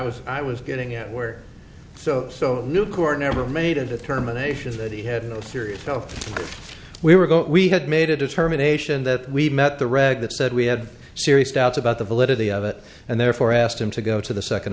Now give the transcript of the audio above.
was i was getting anywhere so so nucor never made a determination that he had serious health we were going we had made a determination that we met the reg that said we had serious doubts about the validity of it and therefore asked him to go to the second